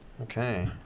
Okay